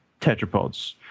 tetrapods